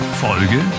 Folge